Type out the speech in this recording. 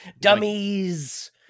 Dummies